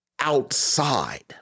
Outside